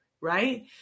Right